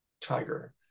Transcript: tiger